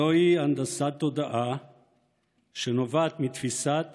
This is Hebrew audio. זוהי הנדסת תודעה שנובעת מתפיסת